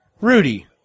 Rudy